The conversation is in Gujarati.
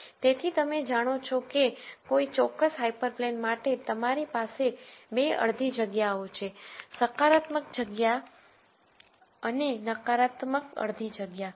તેથી તમે જાણો છો કે કોઈ ચોક્કસ હાયપરપ્લેન માટે તમારી પાસે 2 અડધી જગ્યાઓ છે સકારાત્મક અડધી જગ્યા અને નકારાત્મક અર્ધ જગ્યા